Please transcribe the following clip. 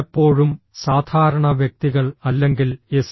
പലപ്പോഴും സാധാരണ വ്യക്തികൾ അല്ലെങ്കിൽ എസ്